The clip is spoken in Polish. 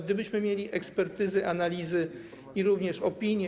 Gdybyśmy mieli ekspertyzy, analizy i opinie.